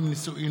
צבאי),